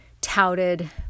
touted